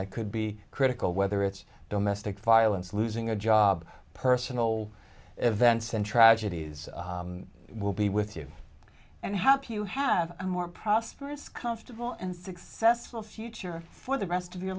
that could be critical whether it's domestic violence losing a job personal events and tragedies will be with you and help you have a more prosperous comfortable and successful future for the rest of your